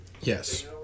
yes